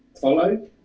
follow